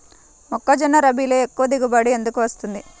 మొక్కజొన్న రబీలో ఎక్కువ దిగుబడి ఎందుకు వస్తుంది?